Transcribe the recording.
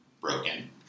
broken